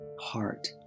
heart